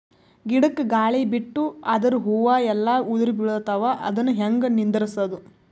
ಗಿಡಕ, ಗಾಳಿ ಬಿಟ್ಟು ಅದರ ಹೂವ ಎಲ್ಲಾ ಉದುರಿಬೀಳತಾವ, ಅದನ್ ಹೆಂಗ ನಿಂದರಸದು?